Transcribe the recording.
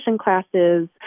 classes